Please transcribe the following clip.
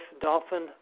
dolphin